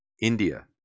India